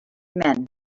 men